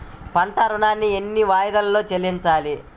పంట ఋణాన్ని ఎన్ని వాయిదాలలో చెల్లించాలి?